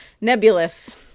nebulous